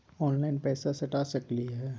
Online पैसा सटा सकलिय है?